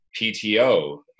PTO